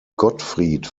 gottfried